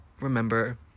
remember